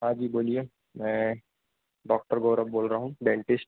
हाँ जी बोलिए मैं डॉक्टर गौरव बोल रहा हूँ डेंटिश्ट